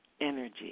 energy